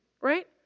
right